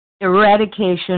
eradication